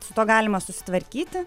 su tuo galima susitvarkyti